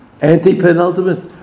Anti-penultimate